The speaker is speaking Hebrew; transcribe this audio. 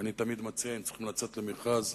ואני תמיד מציע: אם צריכים לצאת למכרז,